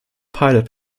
pilot